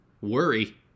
worry